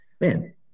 man